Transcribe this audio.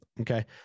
okay